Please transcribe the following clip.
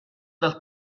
dal